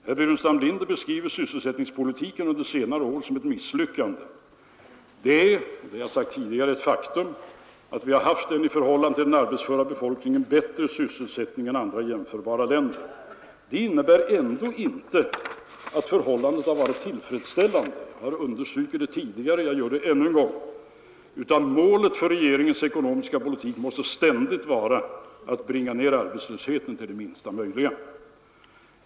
Herr Burenstam Linder beskriver sysselsättningspolitiken under senare år som ett misslyckande. Det är emellertid — jag har sagt det tidigare — ett faktum att vi har haft en i förhållande till den arbetsföra befolkningen högre sysselsättning i vårt land än i andra jämförbara länder. Detta innebär ändå inte att förhållandet varit tillfredsställande — jag har understrukit det tidigare och jag gör det ännu en gång — utan målet för regeringens ekonomiska politik måste ständigt vara att bringa ned arbetslösheten till den minsta möjliga.